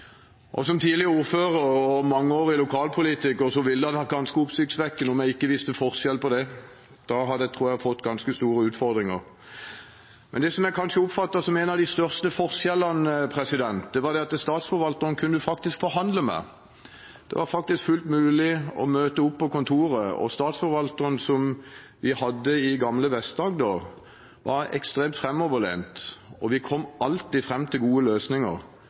statsforvalter. Som tidligere ordfører og mangeårig lokalpolitiker ville det vært ganske oppsiktsvekkende om jeg ikke visste forskjellen på det. Da tror jeg at jeg hadde fått ganske store utfordringer. Det som jeg kanskje oppfattet som en av de største forskjellene, var at statsforvalteren kunne man faktisk forhandle med. Det var fullt mulig å møte opp på kontoret, og statsforvalteren vi hadde i gamle Vest-Agder, var ekstremt framoverlent, og vi kom alltid fram til gode løsninger.